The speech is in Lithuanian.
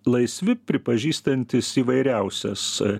laisvi pripažįstantys įvairiausias